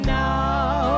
now